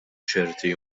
ċerti